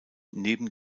neben